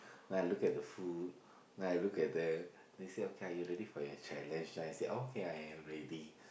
then I look at the food then I look at them then they say are you ready for your challenge then I say okay I am ready